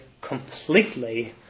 completely